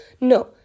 No